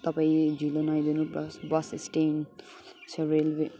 तपाईँ ढिलो नआइदिनु बस बस स्ट्यान्ड छ रेलवे